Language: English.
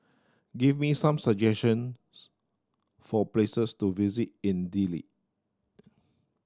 give me some suggestions for places to visit in Dili